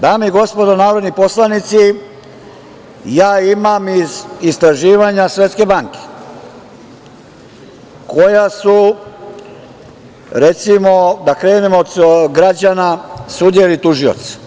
Dame i gospodo narodni poslanici, ja imam iz istraživanja Svetske banke, koja su, recimo da krenemo od građana, sudija ili tužioc.